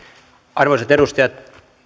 arvoisat edustajat